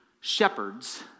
shepherds